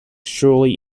surely